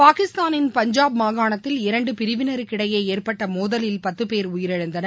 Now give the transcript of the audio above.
பாகிஸ்தானின் பஞ்சாப் மாகாணத்தில் இரண்டுபிரிவினருக்கிடையேஏற்பட்டமோதலில் பத்துபோ் உயிரிழந்தனர்